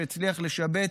שהצליח לשבץ,